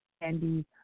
Andy